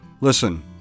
Listen